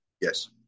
Yes